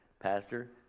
pastor